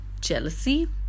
jealousy